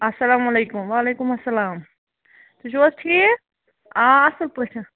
اَسَلامُ علیکُم وعلیکُم اسلام تُہۍ چھُو حظ ٹھیٖک آ اَصٕل پٲٹھۍ